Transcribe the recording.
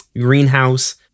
greenhouse